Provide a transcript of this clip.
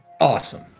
Awesome